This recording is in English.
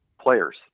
players